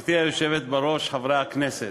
גברתי היושבת בראש, חברי הכנסת,